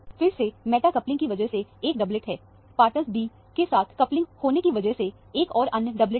फिर से meta coupling की वजह से एक डबलेट है पार्टनर b के साथ कपलिंग होने की वजह से एक और अन्य डबलेट है